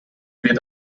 wird